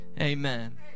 Amen